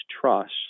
trust